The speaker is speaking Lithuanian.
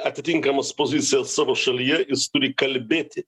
atitinkamas pozicijas savo šalyje jis turi kalbėti